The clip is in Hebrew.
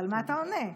מה אתה עונה?